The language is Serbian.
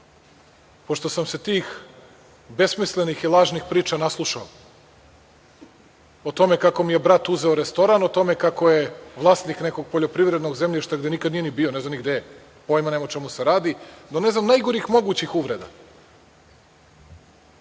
Pošto sam se tih besmislenih i lažnih priča naslušao, o tome kako mi je brat uzeo restoran, o tome kako je vlasnik nekog poljoprivrednog zemljišta gde nikad nije ni bio, ne zna ni gde je, pojma nema o čemu se radi, do, ne znam, najgorih mogućih uvreda